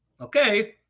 Okay